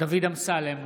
דוד אמסלם,